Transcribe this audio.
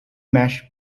mesh